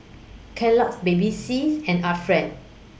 Kellogg's Baby says and Art Friend